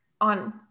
on